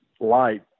light